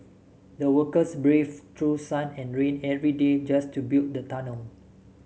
the workers braved through sun and rain every day just to build the tunnel